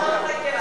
בעד ועדות חקירה.